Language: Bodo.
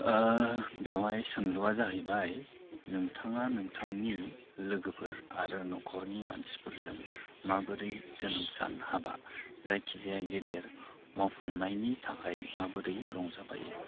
बेवहाय सोंलुआ जाहैबाय नोंथाङा नोंथांनि लोगोफोर आरो न'खरनि मानसिफोरजों माबोरै जोनोम सान हाबा जायखिजाया गेदेर मावफुंनायनि थाखाय माबोरै रंजाबायो